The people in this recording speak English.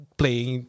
playing